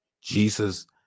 Jesus